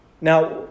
Now